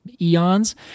eons